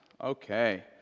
okay